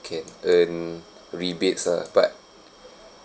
campaign rebates lah but